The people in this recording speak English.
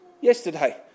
yesterday